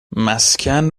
مسکن